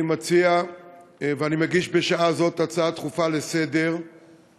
אני מגיש בשעה זו הצעה דחופה לסדר-היום.